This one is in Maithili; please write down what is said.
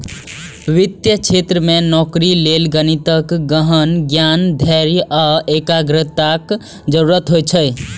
वित्तीय क्षेत्र मे नौकरी लेल गणितक गहन ज्ञान, धैर्य आ एकाग्रताक जरूरत होइ छै